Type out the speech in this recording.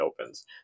opens